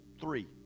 three